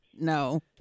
No